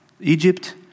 Egypt